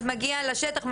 אז מגיע לשטח,